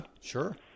sure